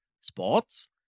Sports